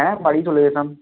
হ্যাঁ বাড়ি চলে যেতাম